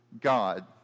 God